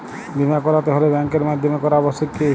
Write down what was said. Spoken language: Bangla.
বিমা করাতে হলে ব্যাঙ্কের মাধ্যমে করা আবশ্যিক কি?